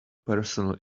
personal